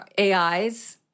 AIs